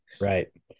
right